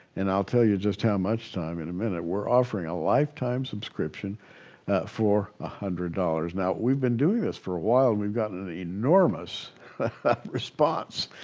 and i'll tell you just how much time in a minute, we're offering a lifetime subscription for one ah hundred dollars. now we've been doing this for a while, and we've gotten an enormous response.